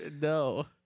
No